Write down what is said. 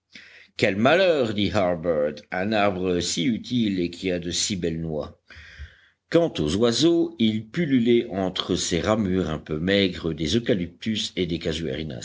quel malheur dit harbert un arbre si utile et qui a de si belles noix quant aux oiseaux ils pullulaient entre ces ramures un peu maigres des eucalyptus et des